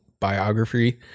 biography